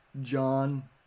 John